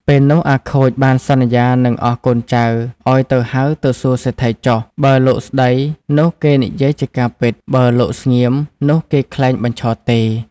ពេលនោះអាខូចបានសន្យានឹងអស់កូនចៅឲ្យទៅហៅទៅសួរសេដ្ឋីចុះ បើលោកស្ដីនោះគេនិយាយជាការពិត បើលោកស្ងៀមនោះគេក្លែងបញ្ឆោតទេ។